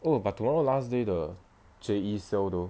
oh but tomorrow last day the J_E sale though